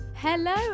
Hello